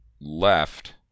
left